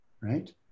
right